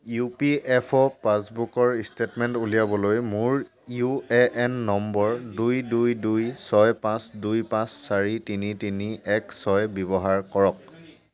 UPFO পাছবুকৰ statement উলিয়াবলৈ মোৰ ইউএএন নম্বৰ দুই দুই দুই ছয় পাঁচ দুই পাঁচ চাৰি তিনি তিনি এক ছয় ব্যৱহাৰ কৰক